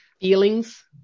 feelings